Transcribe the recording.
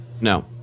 No